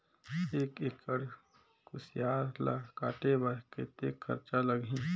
एक एकड़ कुसियार ल काटे बर कतेक खरचा लगही?